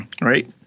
right